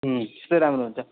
ए त्यस्तै राम्रो हुन्छ